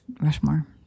Rushmore